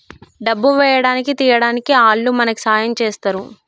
డబ్బు వేయడానికి తీయడానికి ఆల్లు మనకి సాయం చేస్తరు